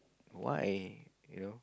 why